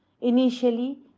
Initially